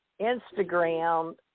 Instagram